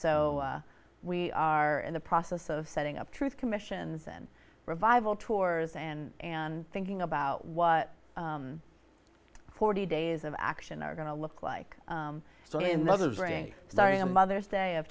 so we are in the process of setting up truth commissions in revival tours and and thinking about what forty days of action are going to look like when the others bring starting a mother's day of